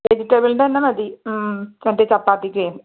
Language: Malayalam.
വെജിറ്റബിളിൻ്റെ തന്നെ മതി ഉം മറ്റേ ചപ്പാത്തിക്കേ